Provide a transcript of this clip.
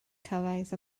cyrraedd